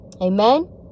Amen